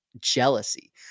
jealousy